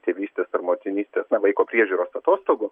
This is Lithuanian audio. tėvystės ar motinystės na vaiko priežiūros atostogų